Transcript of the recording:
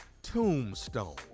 Tombstone